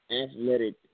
athletic